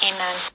Amen